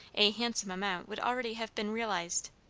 a handsome amount would already have been realized.